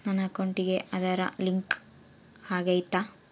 ನನ್ನ ಅಕೌಂಟಿಗೆ ಆಧಾರ್ ಲಿಂಕ್ ಆಗೈತಾ?